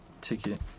ticket